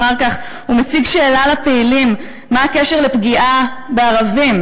אחר כך הוא מציג שאלה לפעילים: מה הקשר לפגיעה בערבים?